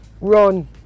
Run